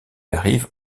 arrive